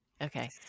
Okay